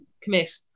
commit